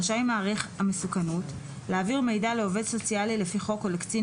רשאי מעריך המסוכנות להעביר מידע לעובד סוציאלי לפי חוק או לקצין